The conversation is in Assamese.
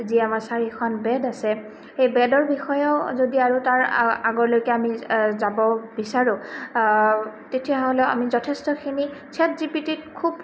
যি আমাৰ চাৰিখন বেদ আছে সেই বেদৰ বিষয়েও যদি আৰু তাৰ আগলৈকে আমি যাব বিচাৰোঁ তেতিয়াহ'লে আমি যথেষ্টখিনি চেটজিপিটিত খুব